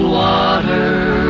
water